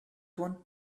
one